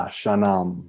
shanam